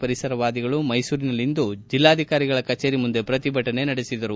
ಪರಿಸರವಾದಿಗಳು ಮೈಸೂರಿನಲ್ಲಿಂದು ಜಿಲ್ಲಾಧಿಕಾರಿಗಳ ಕಚೇರಿ ಮುಂದೆ ಪ್ರತಿಭಟನೆ ನಡೆಸಿದರು